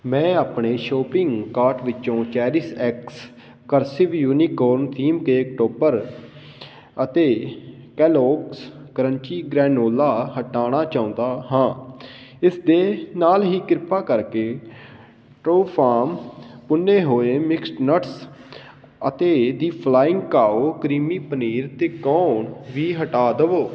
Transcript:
ਮੈਂ ਆਪਣੇ shopping cart ਵਿੱਚੋਂ CherishX cursive unicorn theme cake topper ਅਤੇ ਕੈਲੋਗਸ ਕਰੰਚੀ ਗ੍ਰੈਨੋਲਾ ਹਟਾਉਣਾ ਚਾਹੁੰਦਾ ਹਾਂ ਇਸ ਦੇ ਨਾਲ ਹੀ ਕਿਰਪਾ ਕਰਕੇ ਟਰਉਫਾਰਮ ਭੁੰਨੇ ਹੋਏ ਮਿਕਸਡ ਨਟਸ ਅਤੇ the flying cow creamy paneer ਤਿਕੌਣ ਵੀ ਹਟਾ ਦੇਵੋ